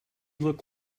look